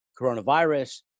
coronavirus